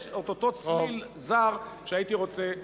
יש אותו צליל זר שהייתי רוצה להוציא אותו.